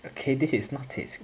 okay this is not his